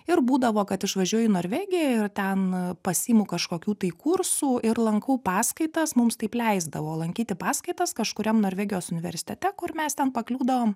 ir būdavo kad išvažiuoju į norvegiją ir ten pasiimu kažkokių tai kursų ir lankau paskaitas mums taip leisdavo lankyti paskaitas kažkuriam norvegijos universitete kur mes ten pakliūdavom